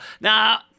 Now